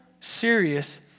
serious